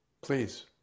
Please